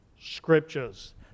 scriptures